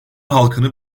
halkını